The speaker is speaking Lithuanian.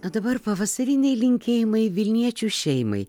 o dabar pavasariniai linkėjimai vilniečių šeimai